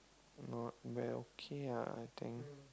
not well okay lah I think